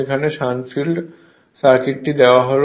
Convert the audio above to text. এখানে shunt field circuit দেওয়া হল